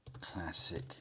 Classic